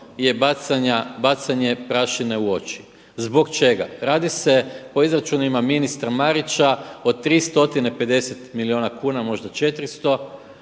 je bacanje prašine u oči. Zbog čega? Radi se o izračunima ministra Marića od 350 milijuna kuna, možda 400.